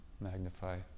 magnify